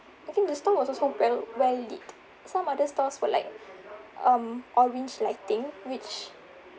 I think the store was also well well-lit some other stores were like um orange lighting which